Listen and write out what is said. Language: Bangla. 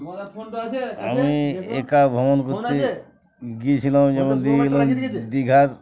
আমি একা ভ্রমণ করতে গিয়েছিলাম যেমন গিয়েছিলাম দীঘার